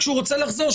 כשהוא רוצה לחזור,